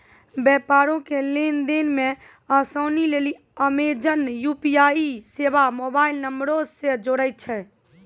व्यापारो के लेन देन मे असानी लेली अमेजन यू.पी.आई सेबा मोबाइल नंबरो से जोड़ै छै